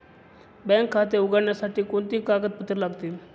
Bank खाते उघडण्यासाठी कोणती कागदपत्रे लागतील?